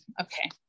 Okay